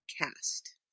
Cast